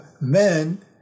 men